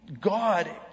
God